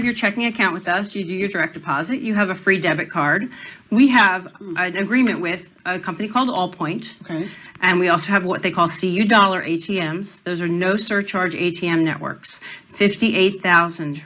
have your checking account with us you do your direct deposit you have a free debit card we have agreement with a company called all point and we also have what they call c u dollar a t m those are no surcharge a t m networks fifty eight thousand